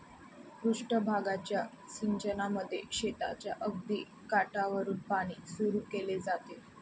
पृष्ठ भागाच्या सिंचनामध्ये शेताच्या अगदी काठावरुन पाणी सुरू केले जाते